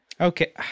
Okay